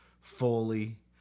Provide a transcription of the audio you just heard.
fully